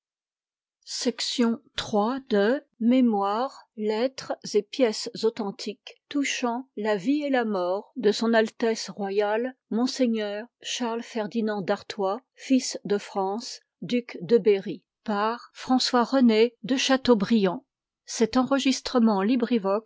de seine mémoires lettres et pièges authentiques touchant la vie et la mort de s a r monseigneur charles ferdinand dartois fils de france duc de berry par m le v de chateaubriand